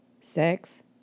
sex